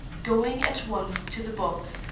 going at once to the box,